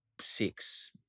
six